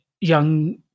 young